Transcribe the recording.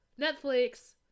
Netflix